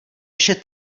vše